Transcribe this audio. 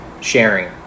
sharing